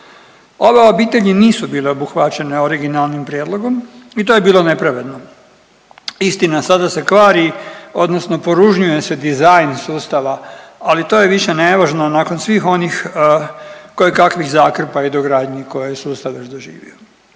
Ove obitelji nisu bile obuhvaćene originalnim prijedlogom i to je bilo nepravedno. Istina sada se kvari odnosno poružnuje se dizajn sustava, ali to je više nevažno nakon svih onih kojekakvih zakrpa i dogradnji koje je sustav već doživio.